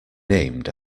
named